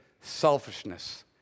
selfishness